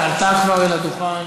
עלתה כבר אל הדוכן